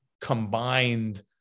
combined